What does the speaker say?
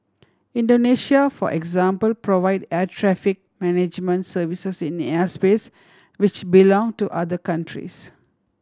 Indonesia for example provide air traffic management services in airspace which belong to other countries